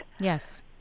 Yes